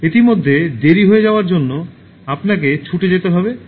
ইতিমধ্যে দেরি হয়ে যাওয়ার জন্য আপনাকে ছুটে যেতে হবে